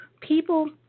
people